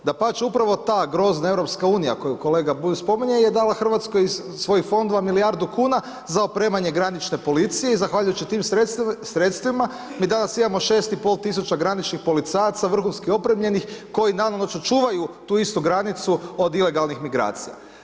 Dapače, upravo ta grozna EU koju kolega Bulj spominje je dala RH iz svojih fondova milijardu kuna za opremanje granične policije i zahvaljujući tim sredstvima mi danas imamo 6500 graničnih policajaca vrhunski opremljenih koji danonoćno čuvaju tu istu granicu od ilegalnih migracija.